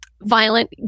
violent